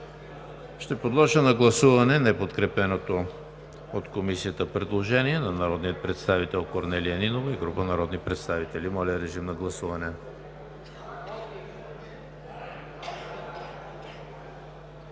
Ще подложа на гласуване неподкрепеното от Комисията предложение на народния представител Корнелия Нинова и група народни представители. Гласували